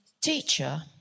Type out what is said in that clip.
Teacher